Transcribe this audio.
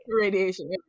Radiation